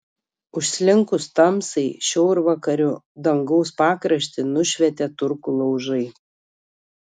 užslinkus tamsai šiaurvakarių dangaus pakraštį nušvietė turkų laužai